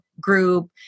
group